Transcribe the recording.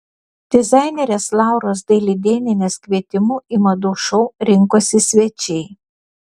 dizainerės lauros dailidėnienės kvietimu į madų šou rinkosi svečiai